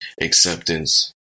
acceptance